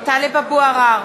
עראר,